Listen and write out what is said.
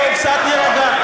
בואו קצת נירגע.